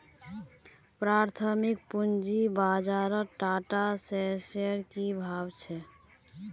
प्राथमिक पूंजी बाजारत टाटा शेयर्सेर की भाव छ